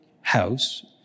house